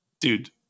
Dude